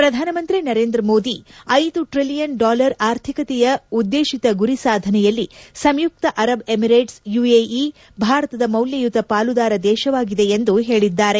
ಪ್ರಧಾನಮಂತ್ರಿ ನರೇಂದ್ರ ಮೋದಿ ಐದು trillion dollar ಆರ್ಥಿಕತೆಯ ಉದ್ಗೇತಿತ ಗುರಿ ಸಾಧನೆಯಲ್ಲಿ ಸಂಯುಕ್ಷ ಅರಬ್ ಎಮಿರೇಟ್ಸ್ ಯುಎಇ ಭಾರತದ ಮೌಲ್ಲಯುತ ಪಾಲುದಾರ ದೇಶವಾಗಿದೆ ಎಂದು ಹೇಳಿದ್ದಾರೆ